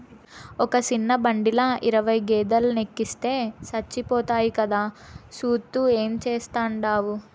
ఒక సిన్న బండిల ఇరవై గేదేలెనెక్కిస్తే సచ్చిపోతాయి కదా, సూత్తూ ఏం చేస్తాండావు